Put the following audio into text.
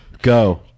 Go